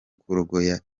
kurogoya